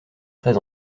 très